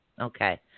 Okay